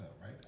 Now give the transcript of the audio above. right